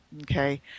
okay